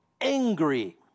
angry